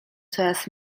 coraz